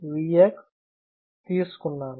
Vx" తీసుకున్నాను